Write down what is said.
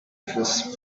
first